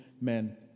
men